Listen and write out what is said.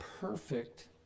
perfect